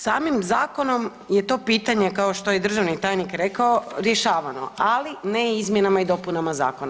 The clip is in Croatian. Samim zakonom je to pitanje kao što je državni tajnik rekao rješavano, ali ne izmjenama i dopunama zakona.